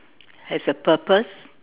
has a purpose